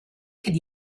could